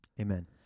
Amen